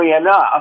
enough